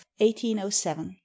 1807